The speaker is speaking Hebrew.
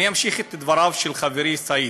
אמשיך את דבריו של חברי סעיד.